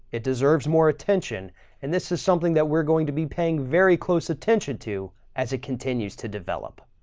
it deserves more attention and this is something that we're going to be paying very close attention to as it continues to develop.